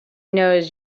knows